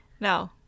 No